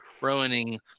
ruining